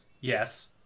yes